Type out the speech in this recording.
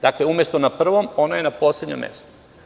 Dakle, umesto na prvom, ono je na poslednjem mestu.